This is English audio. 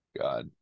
God